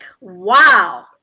Wow